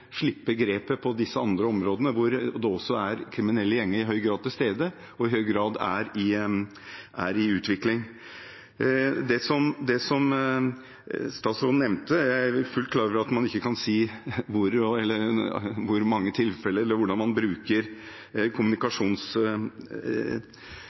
slippe grepet på disse andre områdene, hvor det i høy grad også er kriminelle gjenger til stede og i utvikling. Jeg er fullt klar over at statsråden ikke kan si hvor eller i hvor mange tilfeller, eller hvordan, man bruker